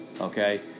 Okay